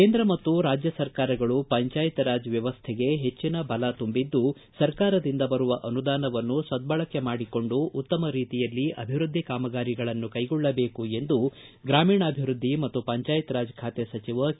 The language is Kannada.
ಕೇಂದ್ರ ಮತ್ತು ರಾಜ್ಯ ಸರ್ಕಾರಗಳು ಪಂಚಾಯತ್ ರಾಜ್ ವ್ಯವಸ್ಥೆಗೆ ಹೆಚ್ಚಿನ ಬಲ ತುಂಬಿದ್ದು ಸರ್ಕಾರದಿಂದ ಬರುವ ಅನುದಾನಗಳನ್ನು ಸಧ್ಧಳಕೆ ಮಾಡಿಕೊಂಡು ಉತ್ತಮ ರೀತಿಯಲ್ಲಿ ಅಭಿವೃದ್ಧಿ ಕಾಮಗಾರಿಗಳನ್ನು ಕೈಗೊಳ್ಳಬೇಕು ಎಂದು ಗ್ರಾಮೀಣಾಭಿವೃದ್ದಿ ಮತ್ತು ಪಂಚಾಯತ್ ರಾಜ್ ಖಾತೆ ಸಚಿವ ಕೆ